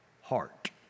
heart